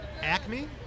Acme